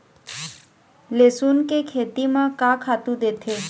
लेसुन के खेती म का खातू देथे?